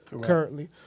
currently